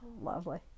Lovely